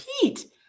Pete